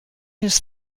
his